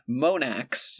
Monax